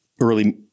early